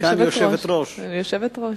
אני יושבת-ראש.